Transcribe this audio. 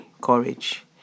courage